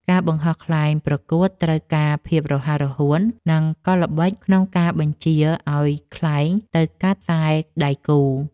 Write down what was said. ការបង្ហោះខ្លែងប្រកួតត្រូវការភាពរហ័សរហួន និងកលល្បិចក្នុងការបញ្ជាឱ្យខ្លែងទៅកាត់ខ្សែដៃគូ។